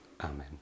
Amen